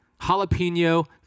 jalapeno